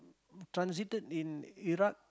transited in Iraq